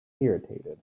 irritated